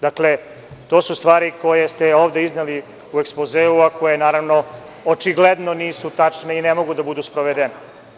Dakle, to su stvari koje ste ovde izneli u ekspozeu, a koje naravno, očigledno nisu tačni i ne mogu da budu sprovedene.